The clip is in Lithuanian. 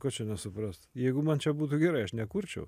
ko čia nesuprast jeigu man čia būtų gerai aš nekurčiau